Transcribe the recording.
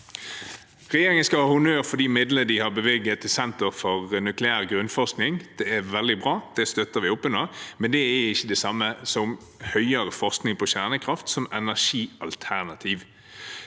Regjeringen skal ha honnør for de midlene de har bevilget til et senter for nukleær grunnforskning – det er veldig bra, og det støtter vi opp om – men det er ikke det samme som høyere forskning på kjernekraft som energialternativ.